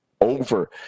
over